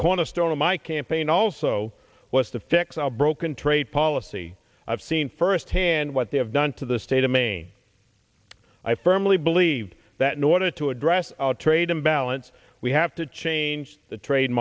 cornerstone of my campaign also was to fix our broken trade policy i've seen firsthand what they have done to the state of maine i firmly believe that in order to address our trade imbalance we have to change the trade